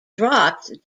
dropped